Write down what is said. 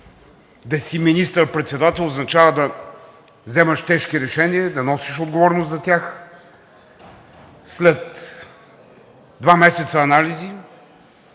да си министър-председател означава да вземаш тежки решения и да носиш отговорност за тях. След два месеца анализи